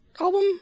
album